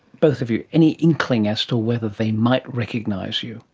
both of you, any inkling as to whether they might recognise you?